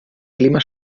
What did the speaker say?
clima